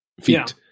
feet